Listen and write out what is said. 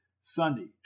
Sunday